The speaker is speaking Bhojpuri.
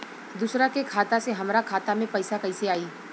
दूसरा के खाता से हमरा खाता में पैसा कैसे आई?